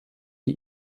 die